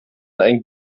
einen